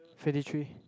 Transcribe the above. fifty three